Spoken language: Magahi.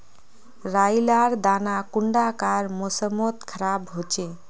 राई लार दाना कुंडा कार मौसम मोत खराब होचए?